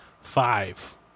five